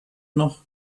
noch